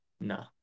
No